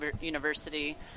University